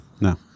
No